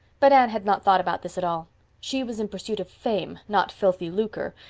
but anne had not thought about this at all she was in pursuit of fame, not filthy lucre,